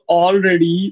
already